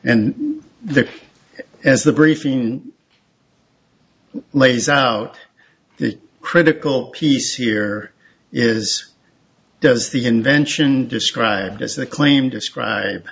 and the as the briefing lays out the critical piece here is does the invention described as a claim describe